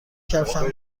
کفشم